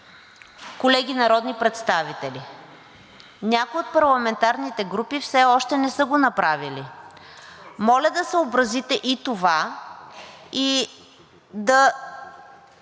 колеги народни представители. Някои от парламентарните групи все още не са го направили. Моля да съобразите и това, и да